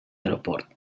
aeroport